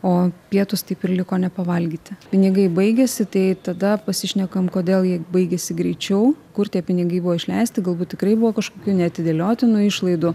o pietūs taip ir liko nepavalgyti pinigai baigėsi tai tada pasišnekam kodėl jie baigėsi greičiau kur tie pinigai buvo išleisti galbūt tikrai buvo kažkokių neatidėliotinų išlaidų